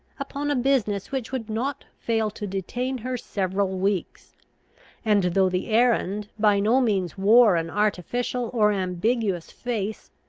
upon a business which would not fail to detain her several weeks and, though the errand by no means wore an artificial or ambiguous face,